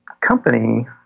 company